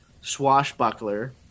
swashbuckler